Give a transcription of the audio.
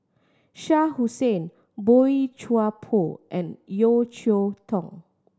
Shah Hussain Boey Chuan Poh and Yeo Cheow Tong